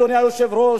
אדוני היושב-ראש,